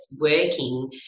working